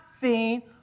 seen